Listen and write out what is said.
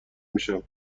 میشم